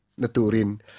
Naturin